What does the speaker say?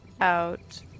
out